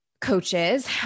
coaches